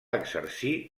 exercir